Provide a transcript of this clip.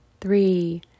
Three